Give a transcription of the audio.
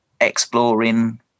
exploring